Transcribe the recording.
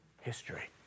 history